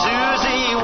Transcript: Susie